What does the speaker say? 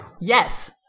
yes